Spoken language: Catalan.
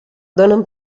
donen